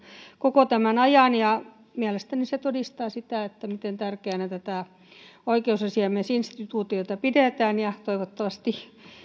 koko tämän ajan mielestäni se todistaa sitä miten tärkeänä oikeusasiamiesinstituutiota pidetään ja toivottavasti